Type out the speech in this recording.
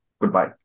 Goodbye